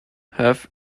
have